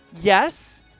Yes